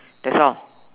that's all